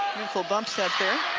mental bump set there